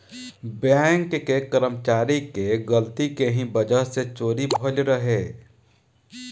bank के कर्मचारी के गलती के ही वजह से चोरी भईल रहे